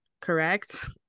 correct